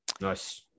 nice